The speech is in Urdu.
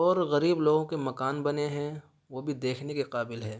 اور غریب لوگوں کے مکان بنے ہیں وہ بھی دیکھنے کے قابل ہے